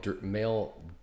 male